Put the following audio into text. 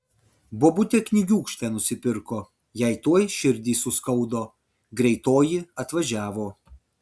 bobutė knygiūkštę nusipirko jai tuoj širdį suskaudo greitoji atvažiavo